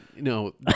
No